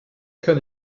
kann